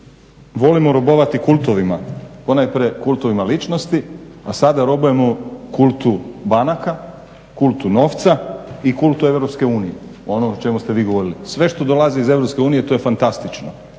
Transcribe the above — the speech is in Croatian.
volimo robovati kultovima, ponajprije kultovima ličnosti, a sada robujemo kultu banaka, kultu novca i kultu EU. Ono o čemu ste vi govorili, sve što dolazi iz EU to je fantastično.